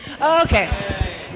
okay